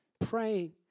praying